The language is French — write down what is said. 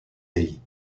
dei